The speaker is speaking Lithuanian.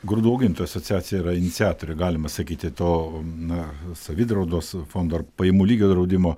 grūdų augintojų asociacija yra iniciatorė galima sakyti to na savidraudos fondo ar pajamų lygio draudimo